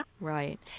Right